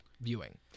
viewing